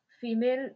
female